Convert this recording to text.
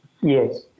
Yes